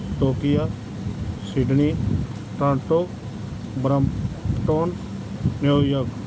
Tokyo Sydney Toronto Brampton New York